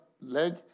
leg